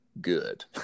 Good